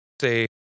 say